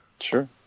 Sure